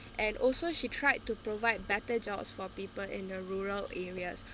and also she tried to provide better jobs for people in a rural areas